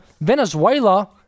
Venezuela